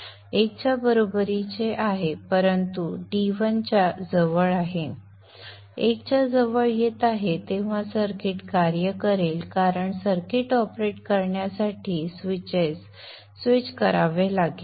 1 च्या बरोबरीचे आहे परंतु d 1 च्या जवळ आहे 1 च्या जवळ येत आहे तेव्हा सर्किट कार्य करेल कारण सर्किट ऑपरेट करण्यासाठी स्विचेस स्विच करावे लागतील